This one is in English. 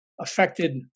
affected